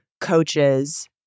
coaches